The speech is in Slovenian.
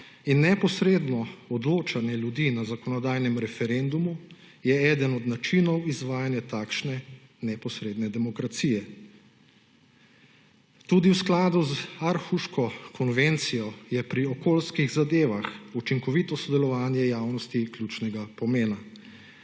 in neposredno odločanje ljudi na zakonodajnem referendumu je eden od načinov izvajanja takšne neposredne demokracije. Tudi v skladu z Aarhuško konvencijo, je pri okoljskih zadevah učinkovito sodelovanje javnosti ključnega pomena.